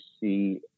see